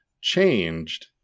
changed